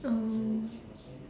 oh